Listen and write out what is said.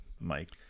Mike